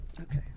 okay